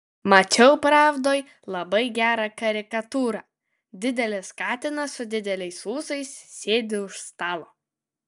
mačiau pravdoj labai gerą karikatūrą didelis katinas su dideliais ūsais sėdi už stalo